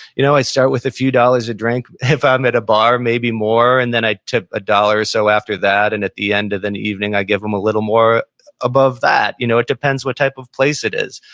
you know i start with a few dollars a drink if i'm at a bar, maybe more, and then i tip a dollar so after that, and at the end of the evening, i give them a little more above that you know it depends what type of place it is.